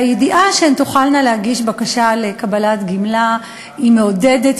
והידיעה שהן תוכלנה להגיש בקשה לקבלת גמלה היא מעודדת,